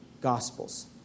gospels